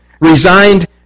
Resigned